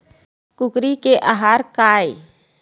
कुकरी के आहार काय?